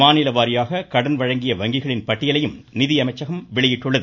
மாநில வாரியாக கடன் வழங்கிய வங்கிகளின் பட்டியலையும் நிதியமைச்சகம் வெளியிட்டுள்ளது